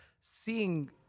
seeing